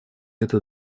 это